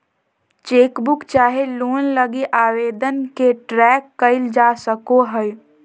chequebook चाहे loan लगी आवेदन के ट्रैक क़इल जा सको हइ